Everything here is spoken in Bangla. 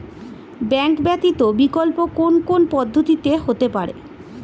ব্যাংক ব্যতীত বিকল্প কোন কোন পদ্ধতিতে হতে পারে?